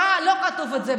זה לא כתוב בתורה.